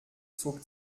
zog